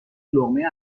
لقمه